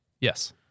Yes